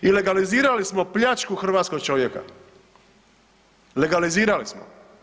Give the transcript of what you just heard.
I legalizirali smo pljačku hrvatskog čovjeka, legalizirali smo.